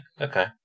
okay